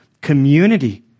community